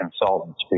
consultants